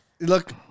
Look